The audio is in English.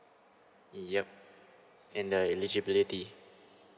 yup